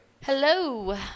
Hello